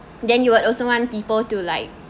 then you would also want people to like